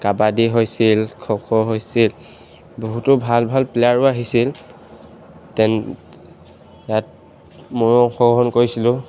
কাবাডী হৈছিল খো খো হৈছিল বহুতো ভাল ভাল প্লেয়াৰো আহিছিল ইয়াত ময়ো অংশগ্ৰহণ কৰিছিলোঁ